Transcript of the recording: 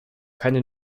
keine